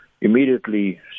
immediately